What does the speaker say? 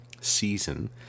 season